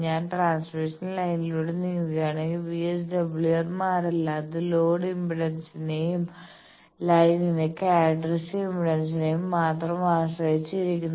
ഞാൻ ട്രാൻസ്മിഷൻ ലൈനിലൂടെ നീങ്ങുകയാണെങ്കിൽ VSWR മാറില്ല അത് ലോഡ് ഇംപെഡൻസിനെയും ലൈനിന്റെ ക്യാരക്ടർസ്റ്റിക് ഇംപെഡൻസിനെയും മാത്രം ആശ്രയിച്ചിരിക്കുന്നു